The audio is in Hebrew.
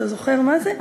אתה זוכר מה זה?